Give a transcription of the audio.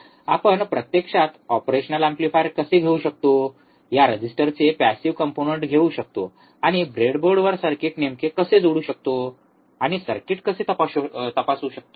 आपण प्रत्यक्षात operational amplifier कसे घेऊ शकतो या रेजिस्टरचे पॅसिव्ह कंपोनंन्ट घेऊ शकतो आणि ब्रेडबोर्डवर सर्किट नेमके कसे जोडू शकतो आणि सर्किट कसे तपासू शकतो